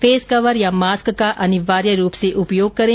face cover या mask का अनिवार्य रूप से उपयोग करें